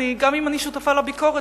גם אם אני שותפה לביקורת,